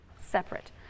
separate